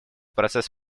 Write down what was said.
процесс